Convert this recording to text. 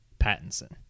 Pattinson